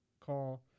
call